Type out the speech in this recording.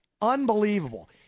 Unbelievable